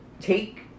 take